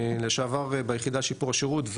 לשעבר ביחידה לשיפור השירות,